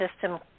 system